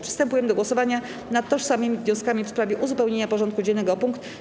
Przystępujemy do głosowania nad tożsamymi wnioskami w sprawie uzupełnienia porządku dziennego o punkt: